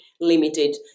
limited